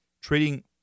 Trading